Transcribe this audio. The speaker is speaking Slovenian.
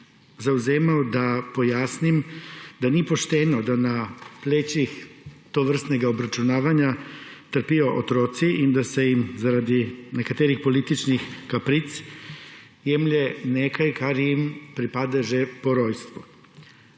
zavzemal, da pojasnim, da ni pošteno, da na plečih tovrstnega obračunavanja trpijo otroci in da se jim zaradi nekaterih političnih kapric jemlje nekaj, kar jim pripada že po rojstvu.